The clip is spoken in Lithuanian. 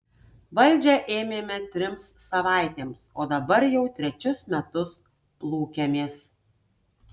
valdžią ėmėme trims savaitėms o dabar jau trečius metus plūkiamės